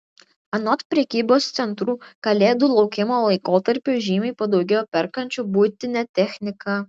anot prekybos centrų kalėdų laukimo laikotarpiu žymiai padaugėjo perkančių buitinę techniką